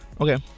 okay